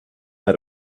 that